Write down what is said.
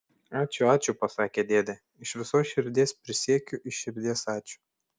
ačiū ačiū pasakė dėdė iš visos širdies prisiekiu iš širdies ačiū